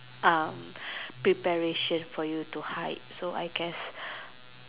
uh preparation for you to hike so I guess